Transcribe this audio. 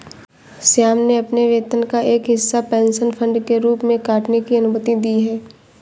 श्याम ने अपने वेतन का एक हिस्सा पेंशन फंड के रूप में काटने की अनुमति दी है